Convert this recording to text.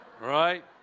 Right